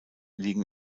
liegen